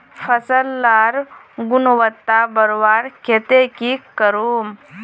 फसल लार गुणवत्ता बढ़वार केते की करूम?